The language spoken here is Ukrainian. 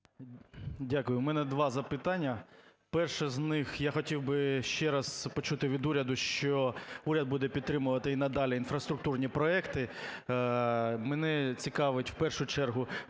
Дякую. У мене два запитання. Перше з них, я хотів би ще раз почути від уряду, що уряд буде підтримувати і надалі інфраструктурні проекти. Мене цікавлять в першу чергу